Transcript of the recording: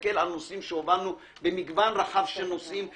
אסתכל על נושאים שונים שהובלנו במגוון רחב של נושאים,